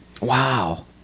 Wow